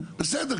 בסדר,